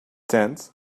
tent